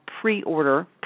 pre-order